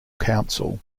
council